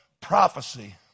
Prophecy